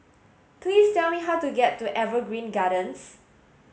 please tell me how to get to Evergreen Gardens